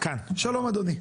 שלום אדוני.